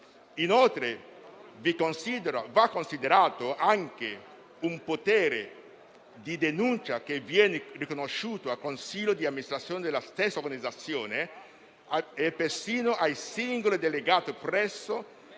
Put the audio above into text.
inoltre considerato anche il potere di denuncia che viene riconosciuto al consiglio d'amministrazione della stessa Organizzazione e perfino ai singoli delegati presso